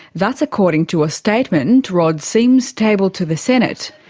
that's according to a statement rod sims tabled to the senate.